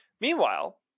Meanwhile